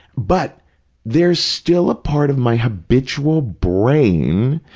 but there's still a part of my habitual brain,